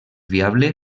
viable